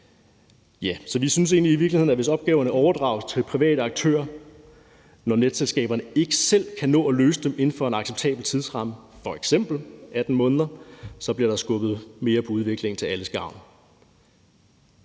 ind. Så vi synes egentlig i virkeligheden, at der, hvis opgaverne overdrages til private aktører, når netselskaberne ikke selv kan nå at løse dem inden for en acceptabel tidsramme, f.eks. 18 måneder, så bliver skubbet mere på udviklingen til alles gavn.